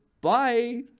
Bye